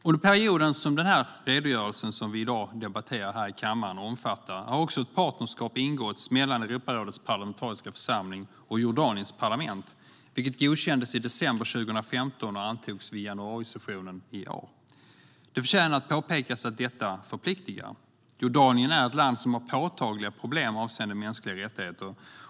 Under perioden som redogörelsen vi i dag debatterar här i kammaren omfattar har också ett partnerskap mellan Europarådets parlamentariska församling och Jordaniens parlament ingåtts, vilket godkändes i december 2015 och antogs vid januarisessionen i år. Det förtjänar att påpekas att detta förpliktar. Jordanien är ett land som har påtagliga problem avseende mänskliga rättigheter.